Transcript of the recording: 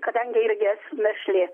kadangi irgi esu našlė